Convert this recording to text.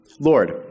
Lord